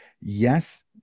Yes